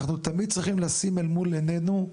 אנחנו תמיד צריכים לשים אל מול עינינו,